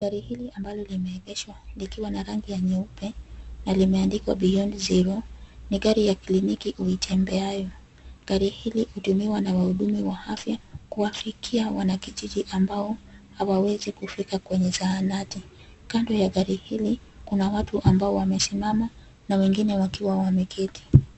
Gari hili ambalo limeegeshwa likiwa na rangi ya nyeupe na limeandikwa Beyond Zero ni gari ya kliniki itembeayo. Gari hili hutumiwa na wahudumu wa afya kuwafikia wanakijiji ambao hawawezi kufika kwenye zahanati. Kando ya gari hili kuna watu ambao wamesimama na wengine wakiwa wameketi.